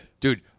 Dude